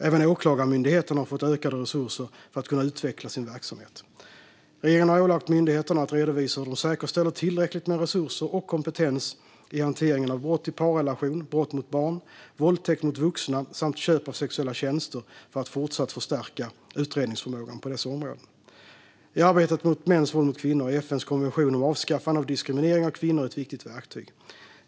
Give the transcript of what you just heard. Även Åklagarmyndigheten har fått ökade resurser för att kunna utveckla sin verksamhet. Regeringen har ålagt myndigheterna att redovisa hur de säkerställer tillräckligt med resurser och kompetens i hanteringen av brott i parrelation, brott mot barn, våldtäkt mot vuxna samt köp av sexuella tjänster för att fortsatt förstärka utredningsförmågan på dessa områden. I arbetet mot mäns våld mot kvinnor är FN:s konvention om avskaffande av diskriminering av kvinnor ett viktigt verktyg.